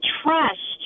trust